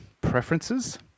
Preferences